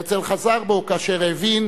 הרצל חזר בו כאשר הבין